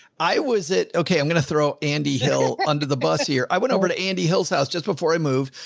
i was at, okay, i'm going to throw andy hill under the bus here. i went over to andy hill's house just before i moved.